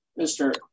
Mr